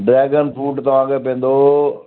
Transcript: dragon fruit तव्हांखे पवंदो